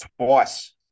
twice